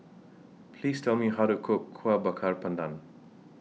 Please Tell Me How to Cook Kuih Bakar Pandan